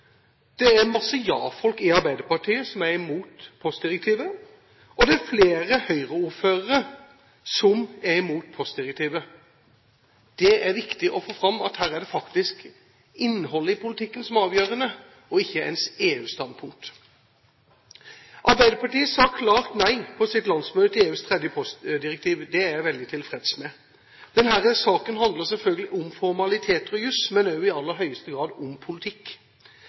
Det er masse ja-folk i Arbeiderpartiet som er imot postdirektivet, og det er flere Høyre-ordførere som er imot postdirektivet. Det er viktig å få fram at her er det faktisk innholdet i politikken som er avgjørende, og ikke ens EU-standpunkt. Arbeiderpartiet sa klart nei på sitt landsmøte til EUs tredje postdirektiv. Det er jeg veldig tilfreds med. Denne saken handler selvfølgelig om formaliteter og jus, men også i aller høyeste grad om politikk.